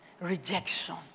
rejection